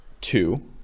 two